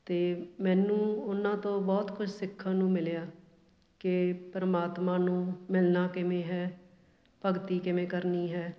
ਅਤੇ ਮੈਨੂੰ ਉਹਨਾਂ ਤੋਂ ਬਹੁਤ ਕੁਛ ਸਿੱਖਣ ਨੂੰ ਮਿਲਿਆ ਕਿ ਪਰਮਾਤਮਾ ਨੂੰ ਮਿਲਣਾ ਕਿਵੇਂ ਹੈ ਭਗਤੀ ਕਿਵੇਂ ਕਰਨੀ ਹੈ